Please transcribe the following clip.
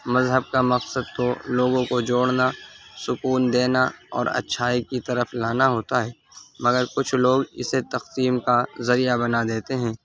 مذہب کا مقصد تو لوگوں کو جوڑنا سکون دینا اور اچھائی کی طرف لانا ہوتا ہے مگر کچھ لوگ اسے تقسیم کا ذریعہ بنا دیتے ہیں